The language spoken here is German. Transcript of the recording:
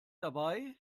dabei